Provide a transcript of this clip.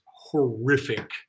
horrific